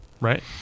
right